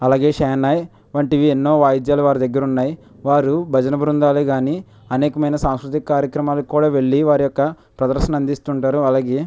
అలాగే షహనాయి వంటివి ఎన్నో వాయిద్యాలు వారి దగ్గర ఉన్నాయి వారు భజన బృందాలు కానీ అనేకమైన సాంస్కృతిక కార్యక్రమాలకు కూడా వెళ్ళి వారి యొక్క ప్రదర్శన అందిస్తుంటారు అలాగే